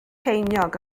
ceiniog